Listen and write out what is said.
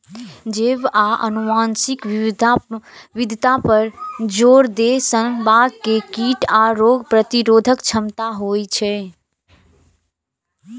जैव आ आनुवंशिक विविधता पर जोर दै सं बाग मे कीट आ रोग प्रतिरोधक क्षमता होइ छै